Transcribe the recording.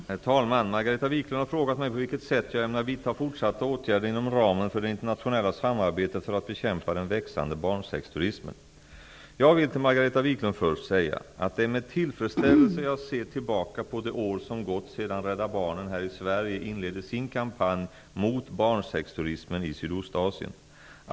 Herr talman! Margareta Viklund har frågat mig på vilket sätt jag ämnar vidta fortsatta åtgärder inom ramen för det internationella samarbetet för att bekämpa den växande barnsexturismen. Jag vill till Margareta Viklund först säga, att det är med tillfredsställelse jag ser tillbaka på det år som gått sedan Rädda Barnen här i Sverige inledde sin kampanj mot barnsexturismen i Sydostasien.